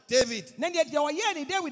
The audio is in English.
David